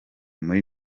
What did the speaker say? muri